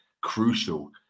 crucial